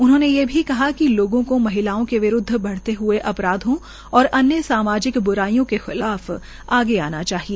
उन्होंने ये भी कहा कि लोगों को महिलाओं के विरूदव बढ़ते हए अपराधों और अन्य सामाजिक बुराईयों के खिलाफ आगे आना चाहिए